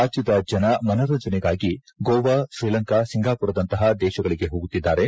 ರಾಜ್ಯದ ಜನ ಮನರಂಜನೆಗಾಗಿ ಗೋವಾ ಶ್ರೀಲಂಕಾ ಸಿಂಗಾಮರದಂತಹ ದೇಶಗಳಿಗೆ ಹೋಗುತ್ತಿದ್ದಾರೆ